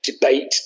debate